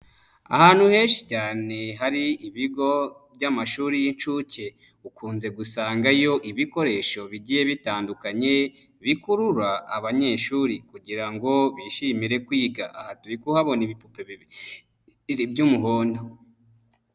Ahantu henshi cyane hari ibigo by'amashuri y'inshuke ukunze gusangayo ibikoresho bigiye bitandukanye bikurura abanyeshuri kugira ngo bishimire kwiga, aha turi kuhabona ibipupe bibiri by'umuhondo.